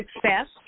success